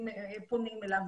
פונים אליו,